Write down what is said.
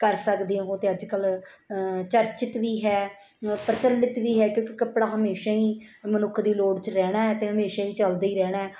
ਕਰ ਸਕਦੇ ਹੋ ਅਤੇ ਅੱਜ ਕੱਲ੍ਹ ਚਰਚਿਤ ਵੀ ਹੈ ਪ੍ਰਚੱਲਿਤ ਵੀ ਹੈ ਕਿਉਂਕਿ ਕੱਪੜਾ ਹਮੇਸ਼ਾ ਹੀ ਮਨੁੱਖ ਦੀ ਲੋੜ 'ਚ ਰਹਿਣਾ ਹੈ ਅਤੇ ਹਮੇਸ਼ਾ ਹੀ ਚੱਲਦਾ ਹੀ ਰਹਿਣਾ